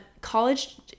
College